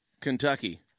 Kentucky